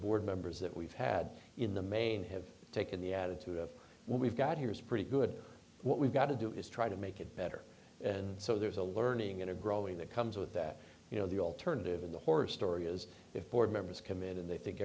board members that we've had in the main have taken the attitude of what we've got here is pretty good what we've got to do is try to make it better and so there's a learning and a growing that comes with that you know the alternative in the horror story is if board members committed they think